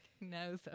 No